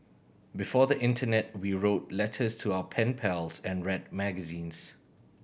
before the internet we wrote letters to our pen pals and red magazines